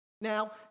Now